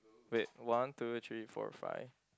wait one two three four five